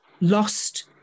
Lost